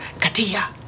Katia